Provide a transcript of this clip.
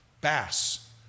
Bass